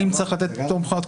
האם צריך לתת פטור מבחינות,